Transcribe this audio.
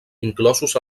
inclosos